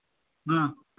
ہاں